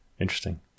interesting